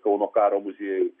kauno karo muziejuj